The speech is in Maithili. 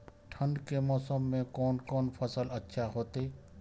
ठंड के मौसम में कोन कोन फसल अच्छा होते?